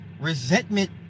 resentment